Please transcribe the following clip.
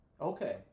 Okay